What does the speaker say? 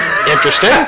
Interesting